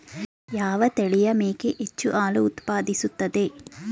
ಯಾವ ತಳಿಯ ಮೇಕೆ ಹೆಚ್ಚು ಹಾಲು ಉತ್ಪಾದಿಸುತ್ತದೆ?